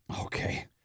Okay